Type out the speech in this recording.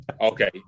Okay